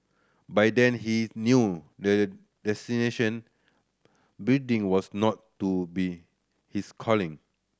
by then he knew the building was not to be his calling